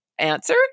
Answer